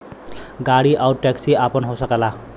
गाड़ी आउर टैक्सी आपन हो सकला